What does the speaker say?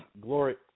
Glory